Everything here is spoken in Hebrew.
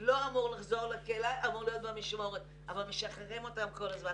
לא אמור לחזור לכלא אלא אמור להיות במשמורת אבל כל הזמן משחררים אותם.